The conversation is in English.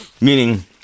Meaning